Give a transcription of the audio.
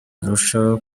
arushaho